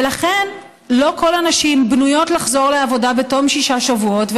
ולכן לא כל הנשים בנויות לחזור לעבודה בתום שישה שבועות,